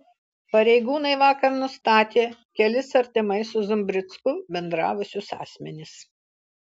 pareigūnai vakar nustatė kelis artimai su zumbricku bendravusius asmenis